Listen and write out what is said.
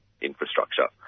infrastructure